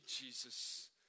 Jesus